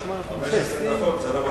15 דקות זה רבע